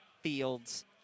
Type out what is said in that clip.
Fields